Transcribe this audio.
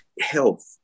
Health